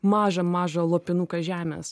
mažą mažą lopinuką žemės